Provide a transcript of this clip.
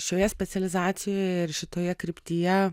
šioje specializacijoje ir šitoje kryptyje